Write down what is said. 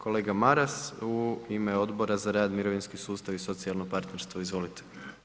Kolega Maras u ime Odbora za rad, mirovinski sustav i socijalno partnerstvo, izvolite.